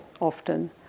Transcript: often